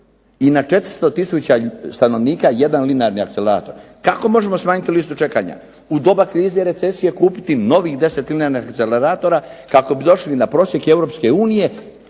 i na 400000 stanovnika jedan linearni akcelerator. Kako možemo smanjiti listu čekanja? U doba krize, recesije kupiti im novih 10 linearnih akceleratora kako bi došli na prosjek